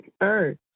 earth